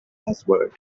password